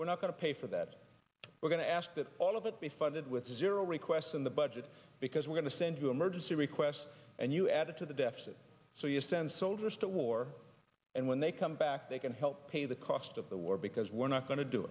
we're not going to pay for that we're going to ask that all of it be funded with zero requests in the budget because we're going to send you emergency request and you add it to the deficit so you send soldiers to war and when they come back they can help pay the cost of the war because we're not going to do